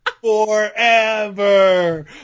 Forever